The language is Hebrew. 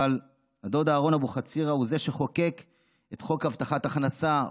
אבל הדוד אהרן אבוחצירא הוא זה שחוקק את חוק הבטחת הכנסה,